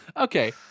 Okay